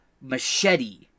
machete